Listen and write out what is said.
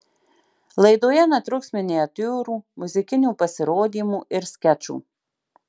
laidoje netruks miniatiūrų muzikinių pasirodymų ir skečų